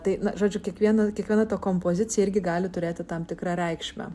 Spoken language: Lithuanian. tai na žodžiu kiekvienas kiekviena to kompozicija irgi gali turėti tam tikrą reikšmę